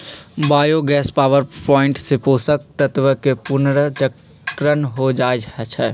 bio gas power plant से पोषक तत्वके पुनर्चक्रण हो जाइ छइ